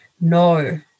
No